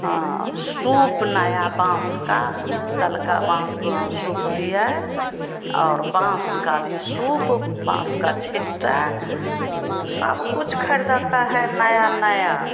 soup नया बाँस का पीतल का सूप भी है और बाँस का भी सूप बाँस का छिट्टा सबकुछ खरिदाता है नया नया